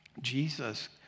Jesus